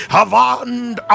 Havand